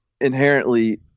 inherently